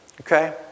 Okay